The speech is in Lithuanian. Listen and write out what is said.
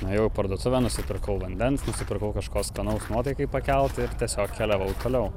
nuėjau į parduotuvę nusipirkau vandens nusipirkau kažko skanaus nuotaikai pakelt ir tiesiog keliavau toliau